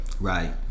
Right